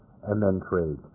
and then trade.